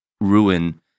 ruin